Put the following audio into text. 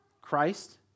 Christ